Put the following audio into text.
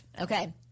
Okay